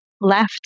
left